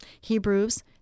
Hebrews